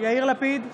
יאיר לפיד,